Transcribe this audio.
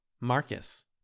Marcus